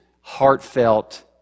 heartfelt